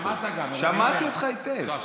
שמעת גם, שמעתי אותך היטב.